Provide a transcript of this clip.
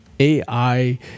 AI